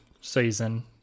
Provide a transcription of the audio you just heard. season